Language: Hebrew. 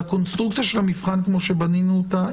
לקונסטרוקציה של המבחן כמו שבנינו אותה,